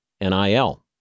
NIL